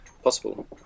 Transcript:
possible